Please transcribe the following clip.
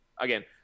again